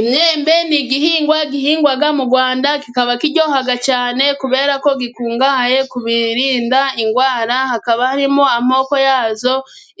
Imyembe ni igihingwa gihingwa mu Rwanda. Kikaba kiryoha cyane kubera ko gikungahaye ku birinda indwara. Hakaba harimo amoko yazo